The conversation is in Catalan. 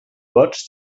gots